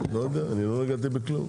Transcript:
לא יודע, אני לא נגעתי בכלום.